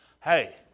Hey